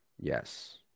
yes